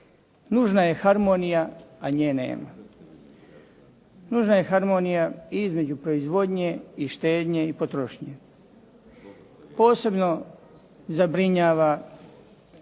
Nužna je harmonija a nje nema. Nužna je harmonija i između proizvodnje i štednje i potrošnje. Posebno zabrinjava